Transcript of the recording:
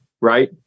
right